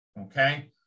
Okay